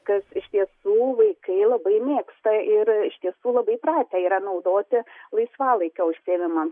kas iš tiesų vaikai labai mėgsta ir iš tiesų labai pratę yra naudoti laisvalaikio užsiėmimam